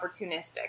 opportunistic